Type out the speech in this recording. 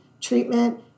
treatment